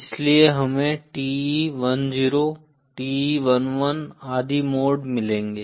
इसलिए हमें TE 10 TE 11 आदि मोड मिलेंगे